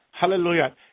Hallelujah